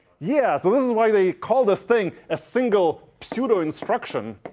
yeah, so this is why they call this thing a single pseudo instruction.